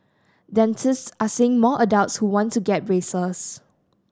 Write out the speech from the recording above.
dentists are seeing more adults who want to get braces